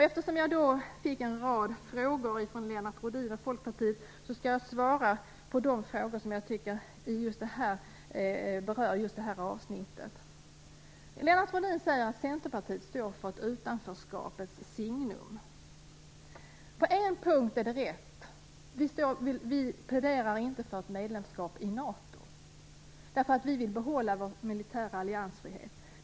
Eftersom jag fick en rad frågor från Lennart Rohdin och Folkpartiet skall jag nu svara på dem som jag tycker berör just detta avsnitt. Lennart Rohdin säger att Centerpartiet står för ett utanförskapets signum. På en punkt är det rätt: Vi i Centerpartiet pläderar inte för ett medlemskap i NATO. Vi vill behålla Sveriges militära alliansfrihet.